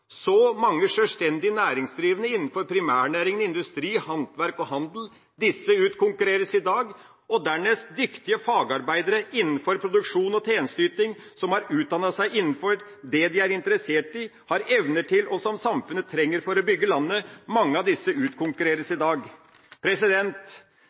Så mange sjølstendig næringsdrivende innenfor primærnæring, industri, handverk og handel – disse utkonkurreres i dag. Og dernest dyktige fagarbeidere innenfor produksjon og tjenesteyting som har utdannet seg innenfor det de er interessert i og har evner til, og som samfunnet trenger for å bygge landet. Mange av disse utkonkurreres